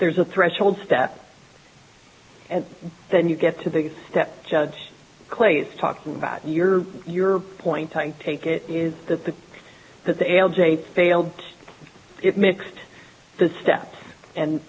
there's a threshold step and then you get to the step judge clay's talking about your your point i take it is that the that the alginate failed it mixed the step and